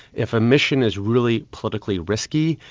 if a mission is really politically risky,